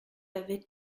avait